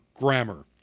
grammar